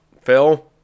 Phil